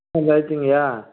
ஆ ரைட்டுங்கைய்யா